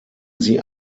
sie